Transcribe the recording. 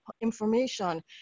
information